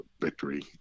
victory